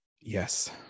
yes